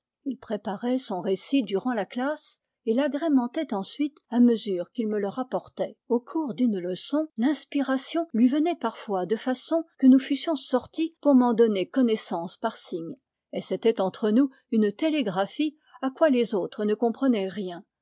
il préparait son récit durant la classe et l'agrémentait ensuite à mesure qu'il me le rapportait au cours d'une leçon l'inspiration lui venait parfois de façon que nous fussions sortis pour m'en donner connaissance par signes et c'était entre nous une télégraphie à quoi les autres ne comprenaient rien